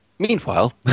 Meanwhile